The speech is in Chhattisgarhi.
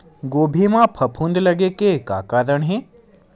गोभी म फफूंद लगे के का कारण हे?